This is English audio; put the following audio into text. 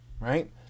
right